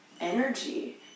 energy